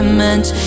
meant